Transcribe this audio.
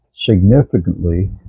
significantly